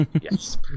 Yes